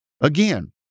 again